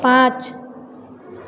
पाँच